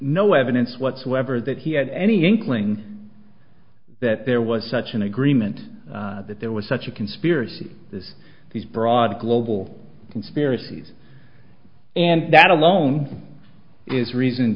no evidence whatsoever that he had any inkling that there was such an agreement that there was such a conspiracy this these broad global conspiracies and that alone is reason